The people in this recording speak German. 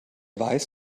weiß